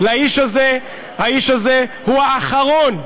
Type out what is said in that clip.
האיש הזה הוא האחרון,